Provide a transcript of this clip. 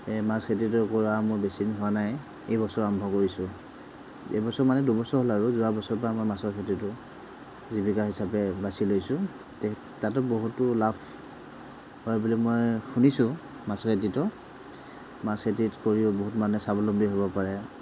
এই মাছ খেতিটো কৰা মোৰ বেছি দিন হোৱা নাই এইবছৰ আৰম্ভ কৰিছোঁ এইবছৰ মানে দুবছৰ হ'ল আৰু যোৱা বছৰ পৰা মই মাছৰ খেতিটো জীৱিকা বিচাপে বাছি লৈছোঁ তে তাতো বহুতো লাভ হয় বুলি মই শুনিছোঁ মাছৰ খেতিটো মাছ খেতি কৰিও বহুত মানে স্বাৱলম্বী হ'ব পাৰে